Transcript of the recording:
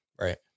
Right